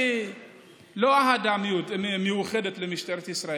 אין אהדה מיוחדת למשטרת ישראל.